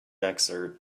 excerpt